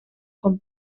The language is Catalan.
com